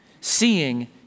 seeing